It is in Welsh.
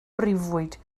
briwfwyd